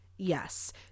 Yes